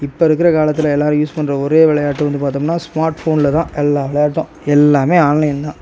இப்போ இருக்கிற காலத்தில் எல்லாரும் யூஸ் பண்ணுற ஒரே விளையாட்டு வந்து பார்த்தோம்னா ஸ்மார்ட் ஃபோனில் தான் எல்லா விளையாட்டும் எல்லாமே ஆன்லைன் தான்